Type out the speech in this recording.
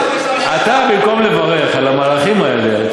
במקום לברך על המהלכים האלה,